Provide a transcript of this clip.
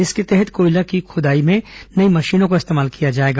इसके तहत कोयला की खुदाई में नई मशीनों का इस्तेमाल किया जाएगा